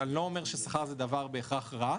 אני לא אומר ששכר זה דבר בהכרח רע,